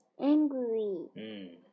Angry